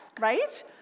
right